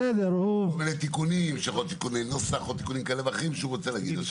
אם יש תיקוני נוסח ותיקונים כאלה שהוא רוצה להעיר,